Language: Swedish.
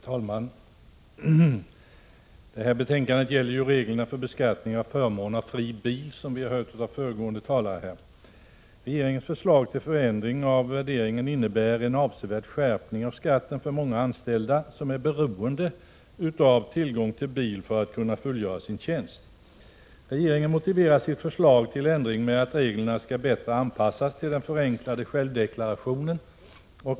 Herr talman! Detta betänkande gäller, som vi hörde av föregående talare, reglerna för beskattning av förmån av fri bil. Regeringens förslag till förändring av värderingen innebär en avsevärd skärpning av skatten för många anställda, som är beroende av tillgång till bil för att kunna fullgöra sin tjänst. Regeringen motiverar sitt förslag till ändring med att reglerna skall bättre anpassas till den förenklade självdeklarationen.